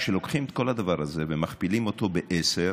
כשלוקחים את כל הדבר הזה ומכפילים אותו ב-10,